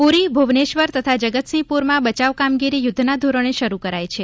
પૂરી ભુવનેશ્વર તથા જગતસિંહપુરમાં બચાવ કામગીરી યુદ્ધના ધોરણે શરૂ કરાઇ છે